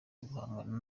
guhangana